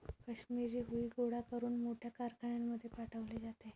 काश्मिरी हुई गोळा करून मोठ्या कारखान्यांमध्ये पाठवले जाते